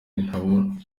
ntabona